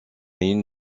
une